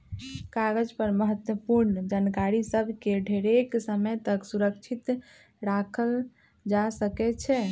कागज पर महत्वपूर्ण जानकारि सभ के ढेरेके समय तक सुरक्षित राखल जा सकै छइ